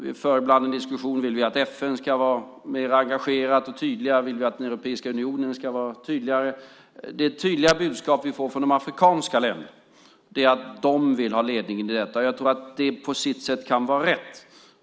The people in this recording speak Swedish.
Vi för ibland en diskussion om att vi vill att FN ska vara mer engagerat och tydligare, och vi vill att Europeiska unionen ska vara tydligare. Det tydliga budskap vi får från de afrikanska länderna är att de vill ha ledningen i detta. Jag tror att det på sitt sätt kan vara rätt.